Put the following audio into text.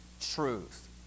truth